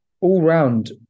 all-round